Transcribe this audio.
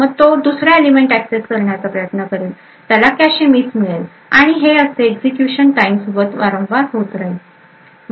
मग तो दुसरा एलिमेंट एक्सेस करण्याचा प्रयत्न करेल त्याला कॅशे मीस मिळेल आणि हे असे एक्झिक्युशन टाईम सोबत वारंवार होत राहील